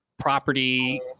property